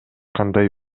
кандай